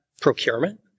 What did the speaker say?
procurement